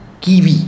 kiwi